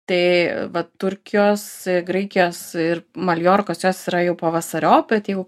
tai vat turkijos graikijos ir maljorkos jos yra jau pavasariop bet jau